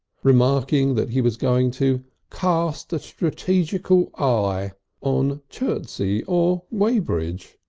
remarking that he was going to cast a strategetical eye on chertsey or weybridge.